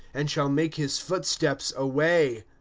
and shall make his footsteps a way.